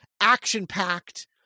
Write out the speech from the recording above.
action-packed